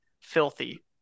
filthy